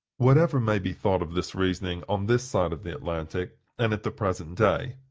whatever may be thought of this reasoning on this side of the atlantic, and at the present day,